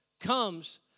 comes